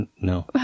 No